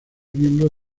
miembro